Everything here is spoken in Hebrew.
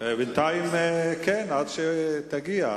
בינתיים כן, עד שתגיע.